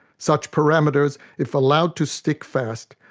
such parameters, if allowed to stick fast,